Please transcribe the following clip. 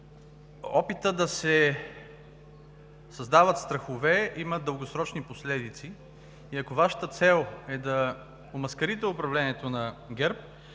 Опитът да се създават страхове има дългосрочни последици. И ако Вашата цел е да омаскарите управлението на ГЕРБ,